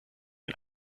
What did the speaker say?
den